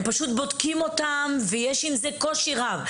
הם בודקים אותם, ויש עם זה קושי רב.